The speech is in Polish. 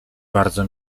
bardzo